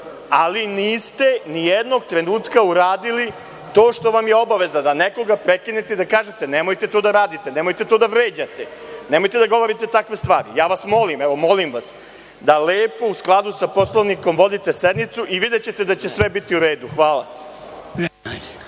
ali niste nijednog trenutka uradili to što vam je obaveza, da nekoga prekinete i da kažete, nemojte to da radite, nemojte da vređate, nemojte da govorite takve stvari. Molim vas da lepo u skladu sa Poslovnikom vodite sednicu i videćete da će sve biti u redu. Hvala.